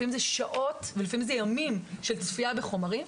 לפעמים זה שעות ולפעמים זה ימים של צפייה בחומרים.